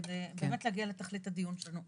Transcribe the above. כדי באמת להגיע לתכלית הדיון שלנו.